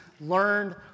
learned